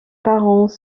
parents